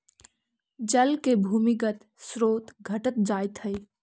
जल के भूमिगत स्रोत घटित जाइत हई